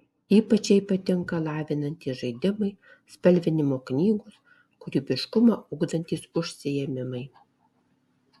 ypač jai patinka lavinantys žaidimai spalvinimo knygos kūrybiškumą ugdantys užsiėmimai